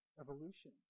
evolution